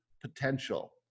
potential